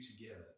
together